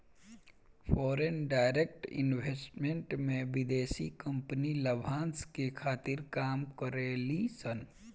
foreign direct investment में विदेशी company लाभांस के खातिर काम करे ली सन